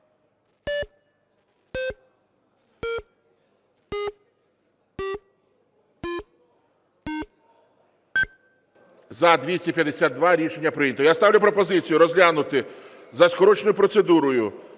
За-252 Рішення прийнято. Я ставлю пропозицію розглянути за скороченою процедурою